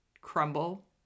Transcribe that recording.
crumble